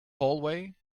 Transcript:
hallway